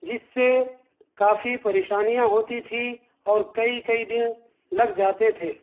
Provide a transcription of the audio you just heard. جس سے کافی پریشانیاں ہوتی تھی اور کئی کئی دن لگ جاتے تھے